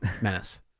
Menace